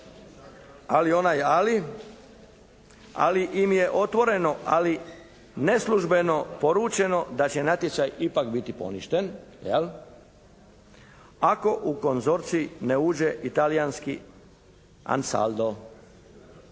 ali onaj ali, ali im je otvoreno, ali neslužbeno poručeno da će natječaj ipak biti poništen jel' ako u konzorcij ne uđe i talijanski Ansaldo.